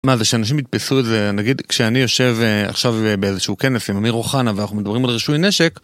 מה זה שאנשים יתפסו את זה, נגיד כשאני יושב עכשיו באיזשהו כנס עם אמיר אוחנה ואנחנו מדברים על רישוי נשק